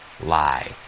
lie